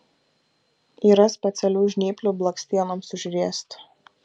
yra specialių žnyplių blakstienoms užriesti